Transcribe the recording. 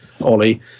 Ollie